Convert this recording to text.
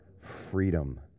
freedom